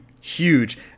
huge